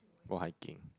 go hiking